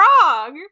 frog